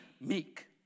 meek